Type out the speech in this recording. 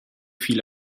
viel